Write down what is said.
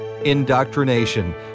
Indoctrination